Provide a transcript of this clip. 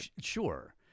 Sure